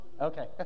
Okay